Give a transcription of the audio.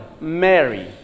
Mary